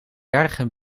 bergen